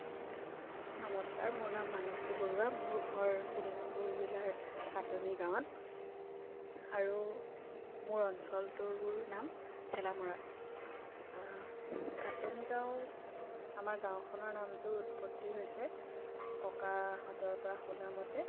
নমস্কাৰ মোৰ নাম মানসী বৰুৱা মোৰ ঘৰ শোণিতপুৰ জিলাৰ কাটনি গাঁৱত আৰু মোৰ অঞ্চলটোৰ নাম ঠেলামৰা কাটনি গাঁও আমাৰ গাঁওখনৰ নামটোৰ উৎপত্তি হৈছে ককাহঁতৰ পৰা শুনামতে